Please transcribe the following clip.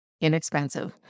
inexpensive